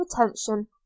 attention